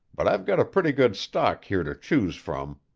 but i've got a pretty good stock here to choose from.